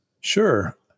Sure